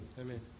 Amen